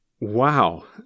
Wow